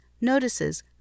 notices